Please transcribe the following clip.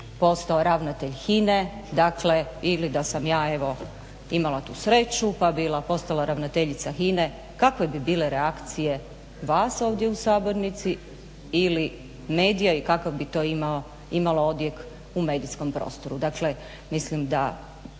postao ravnatelj HINA-e, dakle ili da sam ja evo imala tu sreću pa bila postala ravnateljica HINA-e, kakve bi bile reakcije vas ovdje u sabornici ili medija, i kakav bi to imalo odjek u medijskom prostoru? Dakle, mislim da